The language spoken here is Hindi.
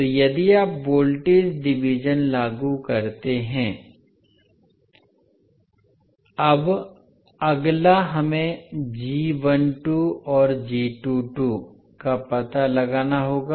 इसलिए यदि आप वोल्टेज डिवीज़न लागू करते हैं अब अगला हमें और का पता लगाना होगा